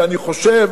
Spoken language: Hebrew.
ואני חושב